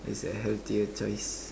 it's a healthier choice